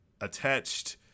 attached